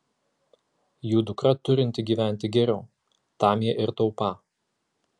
jų dukra turinti gyventi geriau tam jie ir taupą